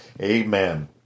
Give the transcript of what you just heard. Amen